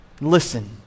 listen